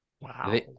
Wow